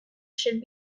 should